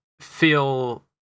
feel